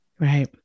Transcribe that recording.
Right